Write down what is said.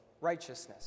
righteousness